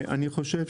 וירקות.